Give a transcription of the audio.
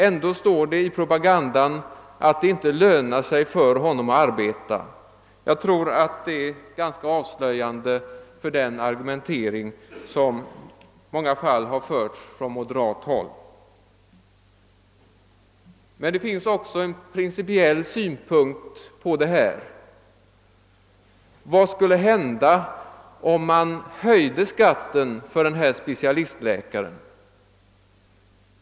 Ändå heter det i argumenteringen att det inte lönar sig för honom att arbeta. Jag tycker att det är ganska avslöjande för den propaganda som har förts från moderat håll. Men det finns också en principiell synpunkt på detta. Vad skulle hända, om man höjde skatten för specialistläkaren?